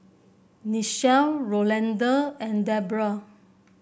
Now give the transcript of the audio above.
Nichelle Rolanda and Debroah